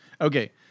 okay